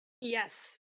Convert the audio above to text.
Yes